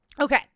Okay